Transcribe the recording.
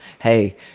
hey